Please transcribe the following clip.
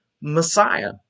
Messiah